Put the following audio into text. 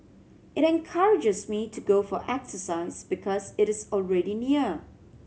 it encourages me to go for exercise because it is already near